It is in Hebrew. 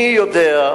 אני יודע,